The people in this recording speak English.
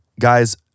Guys